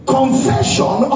confession